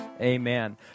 Amen